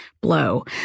blow